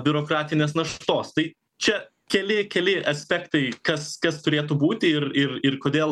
biurokratinės naštos tai čia keli keli aspektai kas kas turėtų būti ir ir ir kodėl